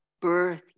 birth